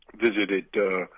visited